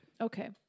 Okay